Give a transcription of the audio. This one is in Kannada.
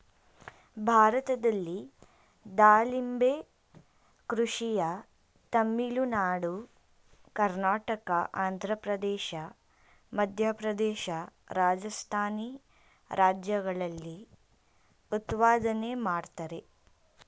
ಭಾರತದಲ್ಲಿ ದಾಳಿಂಬೆ ಕೃಷಿಯ ತಮಿಳುನಾಡು ಕರ್ನಾಟಕ ಆಂಧ್ರಪ್ರದೇಶ ಮಧ್ಯಪ್ರದೇಶ ರಾಜಸ್ಥಾನಿ ರಾಜ್ಯಗಳಲ್ಲಿ ಉತ್ಪಾದನೆ ಮಾಡ್ತರೆ